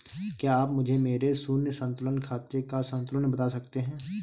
क्या आप मुझे मेरे शून्य संतुलन खाते का संतुलन बता सकते हैं?